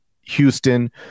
Houston